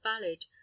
valid